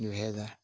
দুহেজাৰ